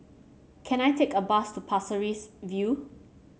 can I take a bus to Pasir Ris View